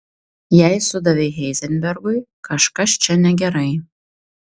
jei sudavei heizenbergui kažkas čia negerai